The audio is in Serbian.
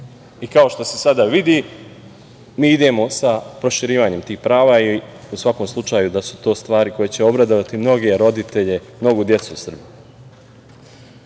Kao što se sada vidi, mi idemo sa proširivanjem tih prava i u svakom slučaju da su to stvari koje će obradovati mnoge roditelje i mnogu decu u Srbiji. Ne